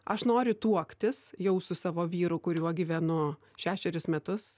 aš noriu tuoktis jau su savo vyru kuriuo gyvenu šešerius metus